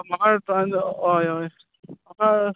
म्हाका हय हय म्हाका